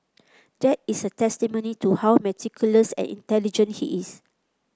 that is a testimony to how meticulous and intelligent he is